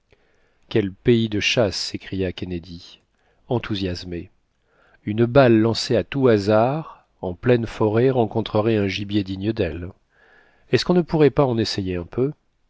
quel pays de chasse s'écria kennedy enthousiasmé une balle laucée à tout hasard en pleine forêt rencontrerait un gibier digne d'elle est-ce qu'on ne pourrait pas en essayer un peu